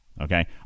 Okay